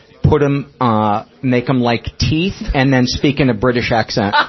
put em, ah, make em like teeth, and then speak in a british accent.